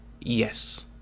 yes